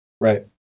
Right